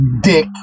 dick